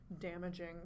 damaging